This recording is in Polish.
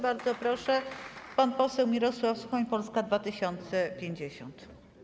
Bardzo proszę, pan poseł Mirosław Suchoń, Polska 2050.